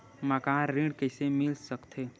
मकान ऋण कइसे मिल सकथे?